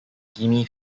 gimme